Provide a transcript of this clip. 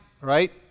right